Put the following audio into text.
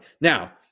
Now